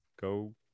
go